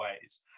ways